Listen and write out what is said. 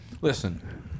Listen